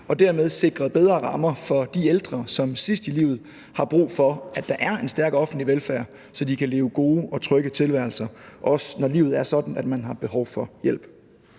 og dermed sikret bedre rammer for de ældre, som sidst i livet har brug for, at der er en stærk offentlig velfærd, så de kan leve gode og trygge tilværelser, også når livet er sådan, at man har behov for hjælp.